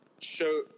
show